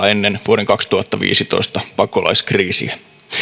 ennen vuoden kaksituhattaviisitoista pakolaiskriisiä